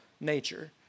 nature